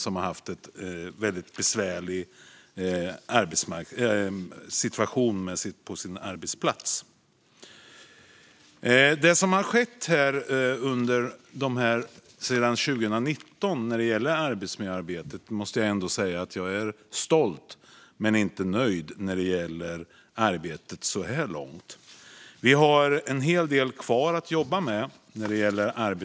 De har haft en väldigt besvärlig situation på arbetsplatsen. Jag är stolt men inte nöjd över det arbete som så här långt har gjorts inom arbetsmiljöarbetet sedan 2019. Vi har en hel del kvar att jobba med.